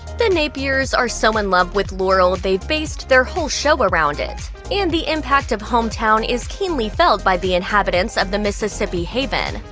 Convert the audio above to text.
the napiers are so in love with laurel they've based their whole show around it and the impact of home town is keenly felt by the inhabitants of the mississippi haven.